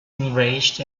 enraged